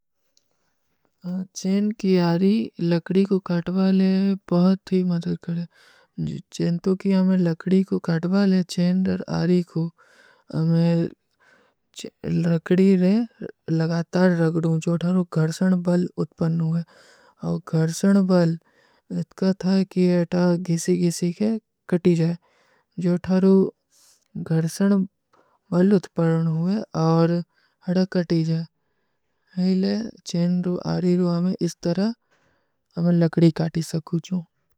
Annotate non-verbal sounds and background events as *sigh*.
ଚେନ କୀ ଆରୀ ଲକଡୀ କୋ କଟବାଲେ ବହୁତ ହୀ ମଦଦ କରେଂ। ଚେନ ତୋ କୀ ହମେଂ ଲକଡୀ କୋ କଟବାଲେ, ଚେନ ଔର ଆରୀ କୋ ହମେଂ *hesitation* ଲକଡୀ ଲଗାତାର ରଗଡୂଂ, ଜୋ ଥାରୋ ଘର୍ସନ ବଲ ଉଠପନ ହୁଏ। ଔର ଘର୍ସନ ବଲ ଇତକା ଥା କି ଅଟା ଘିସୀ-ଘିସୀ କେ କଟୀ ଜାଏ। ଜୋ ଥାରୋ ଘର୍ସନ ବଲ ଉଠପନ ହୁଏ। ଔର ଘର୍ସନ ବଲ ଇତକା ଥା କି ଅଟା ଘିସୀ-ଘିସୀ କେ କଟୀ ଜାଏ। ହୈଲେ ଚେନ ଔର ଆରୀ କୋ ହମେଂ ଇସ ତରହ *hesitation* ଲକଡୀ କାଟୀ ସକୂଚୂ।